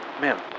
Ma'am